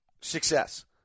success